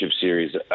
series